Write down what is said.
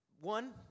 one